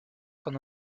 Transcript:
con